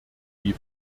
wie